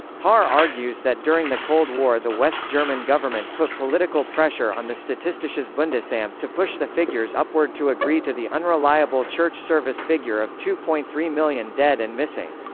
haar argues that during the cold war the west german government put political pressure on the statistisches bundesamt um to push the figures upward to agree to the unreliable church service figure of two point three million dead and missing.